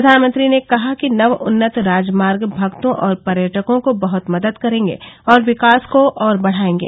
प्रधानमंत्री ने कहा कि नव उन्नत राजमार्ग भक्तों और पर्यटकों को बहत मदद करेंगे और विकास को और बढ़ाएंगे